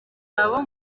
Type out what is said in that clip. abo